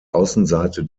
außenseite